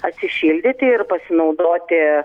atsišildyti ir pasinaudoti